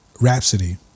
Rhapsody